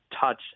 touch